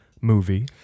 movie